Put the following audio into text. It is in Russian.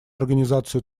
организацию